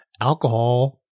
alcohol